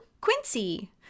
Quincy